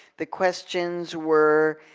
the questions were